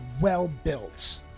well-built